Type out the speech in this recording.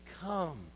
come